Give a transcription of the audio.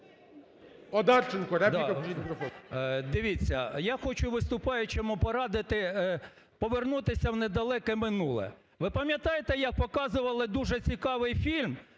Дивіться, я хочу виступаючому порадити повернутися в недалеке минуле. Ви пам'ятаєте, як показували дуже цікавий фільм